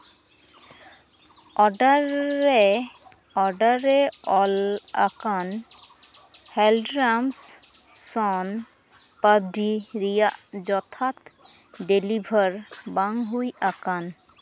order ᱨᱮ order ᱨᱮ ᱚᱞ ᱟᱠᱟᱱ ᱦᱚᱞᱰᱨᱤᱢᱥ ᱥᱚᱱ ᱯᱟᱯᱰᱤ ᱨᱮᱭᱟᱜ ᱡᱚᱛᱷᱟᱛ ᱰᱮᱞᱤᱵᱷᱟᱨ ᱵᱟᱝ ᱦᱩᱭ ᱟᱠᱟᱱ